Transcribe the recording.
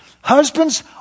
Husbands